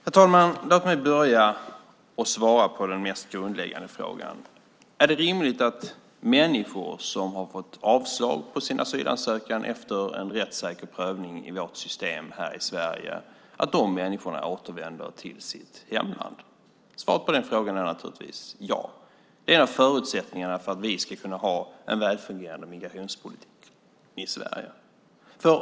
Herr talman! Låt mig börja med att svara på den mest grundläggande frågan. Är det rimligt att människor som har fått avslag på sina asylansökningar efter rättssäker prövning i vårt system här i Sverige återvänder till sina hemländer? Svaret på den frågan är naturligtvis ja. Det är en av förutsättningarna för att vi ska kunna ha en väl fungerande migrationspolitik i Sverige.